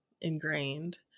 ingrained